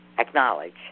Acknowledge